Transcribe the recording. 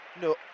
No